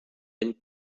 and